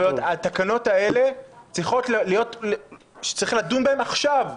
התקנות האלה צריך לדון בהן עכשיו.